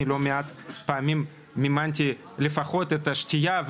אני לא מעט פעמים מימנתי לפחות את השתייה,